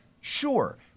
Sure